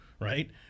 right